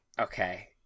okay